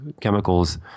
chemicals